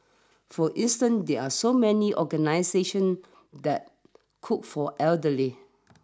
for instance there are so many organisations that cook for elderly